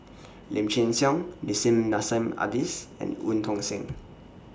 Lim Chin Siong Nissim Nassim Adis and EU Tong Sen